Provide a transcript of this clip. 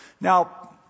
Now